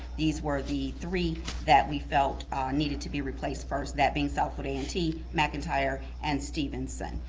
these were the three that we felt needed to be replaced first, that being southfield a and t, mcintyre, and stevenson.